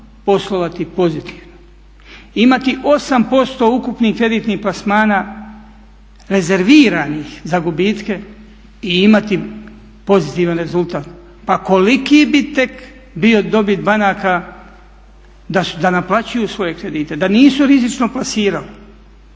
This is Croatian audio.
poslovati pozitivno. Imati 8% ukupnih kreditnih plasmana rezerviranih za gubitke i imati pozitivan rezultat. Pa koliki bi tek bila dobit banaka da naplaćuju svoje kredite, da nisu rizično plasirali.